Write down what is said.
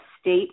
state